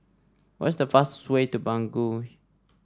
what is the fastest way to Bangui